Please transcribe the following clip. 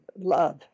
love